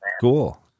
Cool